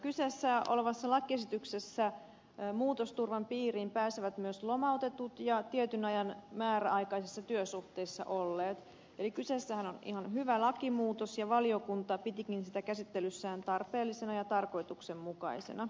kyseessä olevassa lakiesityksessä muutosturvan piiriin pääsevät myös lomautetut ja tietyn ajan määräaikaisessa työsuhteessa olleet eli kyseessähän on ihan hyvä lakimuutos ja valiokunta pitikin sitä käsittelyssään tarpeellisena ja tarkoituksenmukaisena